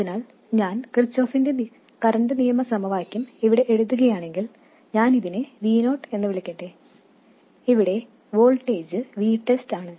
അതിനാൽ ഞാൻ കിർചോഫിന്റെ കറൻറ് നിയമ സമവാക്യം ഇവിടെ എഴുതുകയാണെങ്കിൽ ഞാൻ ഇതിനെ Vo എന്ന് വിളിക്കട്ടെ ഇവിടെ വോൾട്ടേജ് VTEST ആണ്